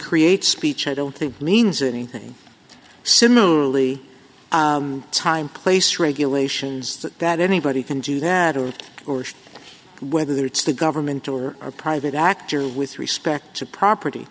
create speech i don't think means anything similarly time place regulations that that anybody can do that of course whether it's the government or a private actor with respect to property